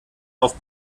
auf